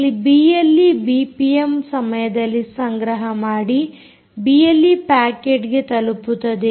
ಇಲ್ಲಿ BLE BPM ಸಮಯದಲ್ಲಿ ಸಂಗ್ರಹ ಮಾಡಿ ಬಿಎಲ್ಈ ಪ್ಯಾಕೆಟ್ಗೆ ತಲುಪುತ್ತದೆ